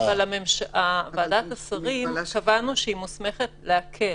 אבל קבענו שוועדת שרים מוסמכת להקל.